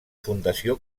fundació